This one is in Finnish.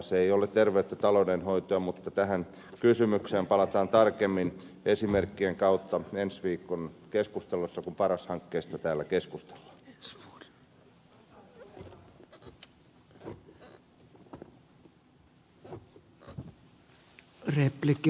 se ei ole tervettä taloudenhoitoa mutta tähän kysymykseen palataan tarkemmin esimerkkien kautta ensi viikon keskustelussa kun paras hankkeesta täällä keskustellaan